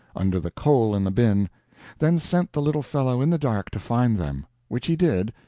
under the coal in the bin then sent the little fellow in the dark to find them which he did,